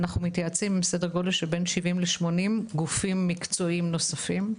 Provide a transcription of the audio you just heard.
אנחנו מתייעצים בסדר גודל של בין 70-80 גופים מקצועיים נוספים,